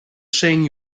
shane